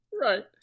Right